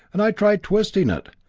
and i tried twisting it.